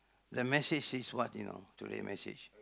the message says what you know today's message